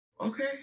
okay